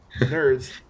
Nerds